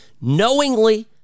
Knowingly